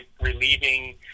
relieving